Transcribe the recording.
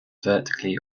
vertically